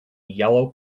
yellow